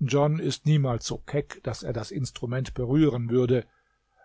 john ist niemals so keck daß er das instrument berühren würde